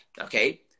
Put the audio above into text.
okay